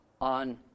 on